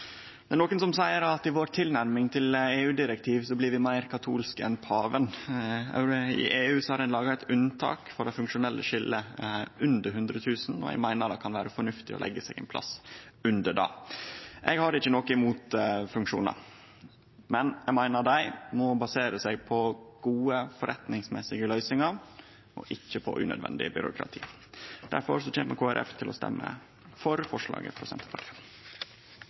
Det er nokre som seier at i tilnærminga vår til EU-direktiv blir vi meir katolske enn paven. I EU har ein laga eit unntak for kravet om det funksjonelle skiljet for selskap med under 100 000 kundar. Eg meiner det kan vere fornuftig å leggje seg ein plass under det. Eg har ikkje noko imot funksjonar, men eg meiner dei må basere seg på gode, forretningsmessige løysingar, og ikkje på unødvendig byråkrati. Difor kjem Kristeleg Folkeparti til å stemme for forslaget frå Senterpartiet.